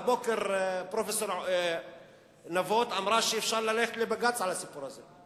הבוקר אמרה פרופסור נבות שאפשר ללכת לבג"ץ על הסיפור הזה,